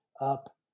up